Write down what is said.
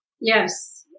Yes